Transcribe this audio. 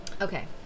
okay